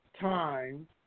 time